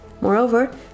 Moreover